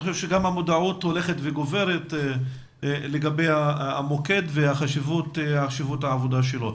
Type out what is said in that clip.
אני חושב שגם המודעות הולכת וגוברת לגבי המוקד והחשיבות שלו.